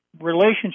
relationship